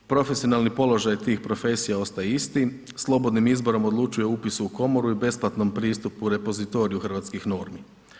Profesionalni položaj tih profesija ostaje isti, slobodnim izborom odlučuje upisom u komoru i besplatnom pristupu repozitoriju hrvatskih normi.